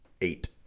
eight